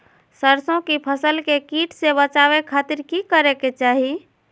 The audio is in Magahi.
सरसों की फसल के कीट से बचावे खातिर की करे के चाही?